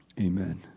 Amen